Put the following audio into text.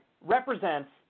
represents